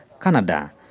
Canada